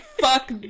fuck